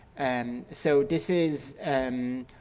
and so this is and